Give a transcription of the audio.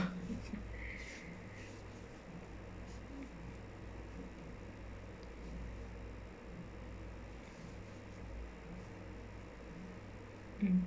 mm